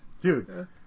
Dude